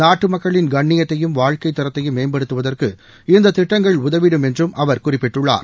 நாட்டுமக்களின் கண்ணியத்தையும் வாழ்க்கைத் தரத்தையும் மேம்படுத்துவதற்கு இந்ததிட்டங்கள் உதவிடும் என்றுஅவர் குறிப்பிட்டுள்ளார்